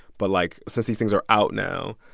but, like, since these things are out now,